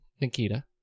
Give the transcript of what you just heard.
Nikita